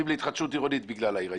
להתחדשות עירונית בגלל העיר ההיסטורית,